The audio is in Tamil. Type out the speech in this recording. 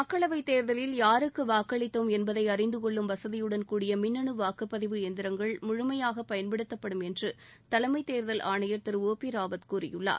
மக்களவைத் தேர்தலில் யாருக்கு வாக்களித்தோம் என்பதை அறிந்துகொள்ளும் வசதியுடன் கூடிய மின்னனு வாக்குப்பதிவு எந்திரங்கள் முழுமையாக பயன்படுத்தப்படும் என்று தலைமைத் தேர்தல் ஆணையர் திரு ஒ பி ராவத் கூறியுள்ளார்